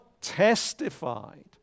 testified